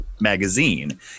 magazine